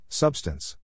Substance